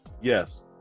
Yes